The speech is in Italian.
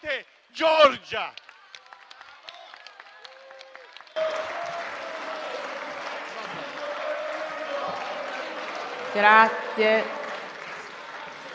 Grazie,